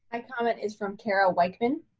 my comment is from cara weichman.